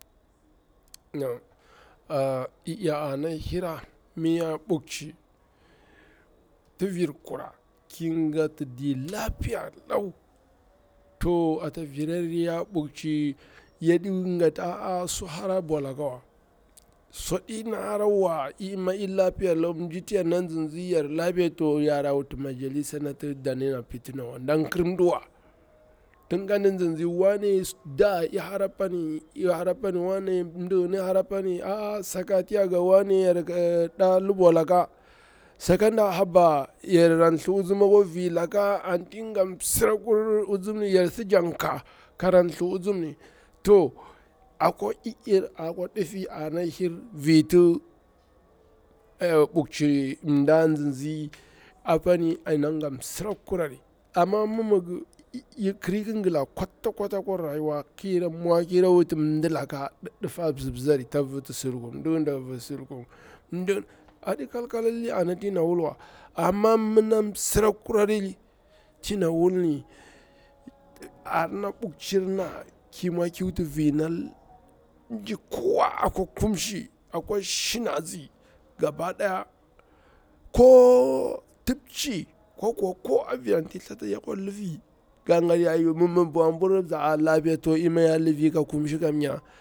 ﻿Na'am ah i'iya ana ihira mi ya ɓwukci ti vir kura kingati di lapiya lau to ata virar ya ɓwukci yaɗing gati a'a suhara bwalakawa su ɗi na harawa ima i lapiya lau mji ti yanan nzi nzi yar lapiya to yara wuti majalisa nati da ɗena pitinawa ndan kir mdiwa tin kandi nzin nzin wane da ihara pani ihara pani wane mdiyini ihara pani a'a saka ti ya ga wane yar ki ɗa lubwalaka sakanda haba yarra thli uzum ovilaka anting gam msirakur uzumni yar si janka kara thli uzumni to akwa i'ir akwa difi ana ihir vita ah bwukcir ndi anzin nzi apani inang ngam msira kurari ama mi migi i'i kiri kingila kwatta kwata kwarayu kira mwo kira wuti mdilaka difa bzibzari ta viti surkum mdiyinda viti surkum mdi adi kal kalli ana ti na wulwa amma mi nam msira kurali tina wulni ar na bwukcir na ki mwo ki wuti vina llh mji kowa akwa kumshi akwa shinasi gabadaya ko tipci ko ko ko avir anti thlati yakwa livi ganga ya yu mimmi mbwan mburri bza aa lafiya to ima ya livi ka kumshi kamya.